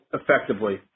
effectively